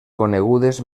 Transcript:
conegudes